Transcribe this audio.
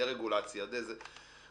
דה-רגולציה וכדומה,